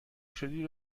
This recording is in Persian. شدی